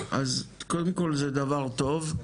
קודם כל זה דבר טוב,